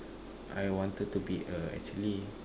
I wanted to be a actually